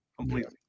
completely